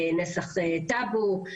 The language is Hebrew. נסח טאבו,